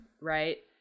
right